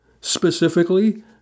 Specifically